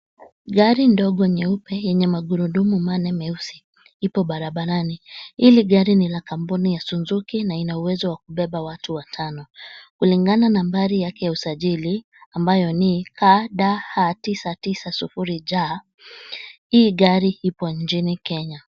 Gari ndogo nyeupe yenye magurudumu manne meusi, ipo barabanani. Hili gari ni la kampuni ya suzuki na ina uwezo wa kubeba watu watano. Kulingana nambari yake usajili ambayo ni KDH 990J hiIi gari lipo nchini Kenya.